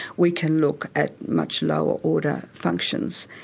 we can look at much lower order functions,